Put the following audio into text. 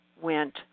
went